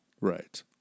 right